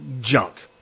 junk